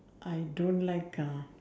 I don't like ah